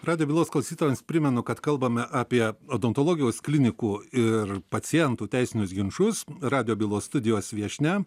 radijo bylos klausytojams primenu kad kalbame apie odontologijos klinikų ir pacientų teisinius ginčus radijo bylos studijos viešnia